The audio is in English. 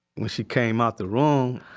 when she came out the room,